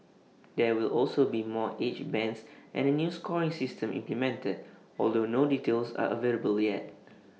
there will also be more age bands and A new scoring system implemented although no details are available yet